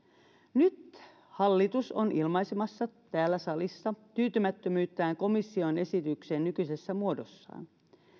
nyt hallitus on ilmaisemassa täällä salissa tyytymättömyyttään komission esitykseen nykyisessä muodossaan